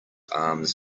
arms